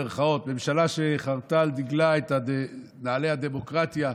ממשלה שחרתה על דגלה את נוהלי הדמוקרטיה.